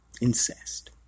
incest